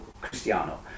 Cristiano